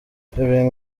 ibi